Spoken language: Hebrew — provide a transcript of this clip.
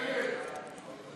נגד.